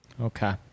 Okay